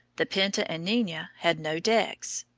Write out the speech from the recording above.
the pinta and nina, had no decks.